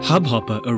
Hubhopper